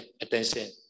attention